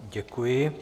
Děkuji.